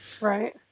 Right